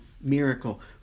miracle